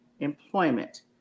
employment